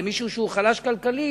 למישהו חלש כלכלית,